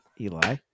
Eli